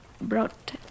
brought